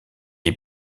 est